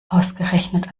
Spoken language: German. ausgerechnet